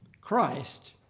Christ